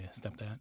stepdad